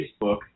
Facebook